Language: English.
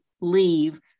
leave